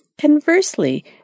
Conversely